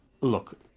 look